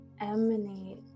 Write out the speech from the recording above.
emanate